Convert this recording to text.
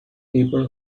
people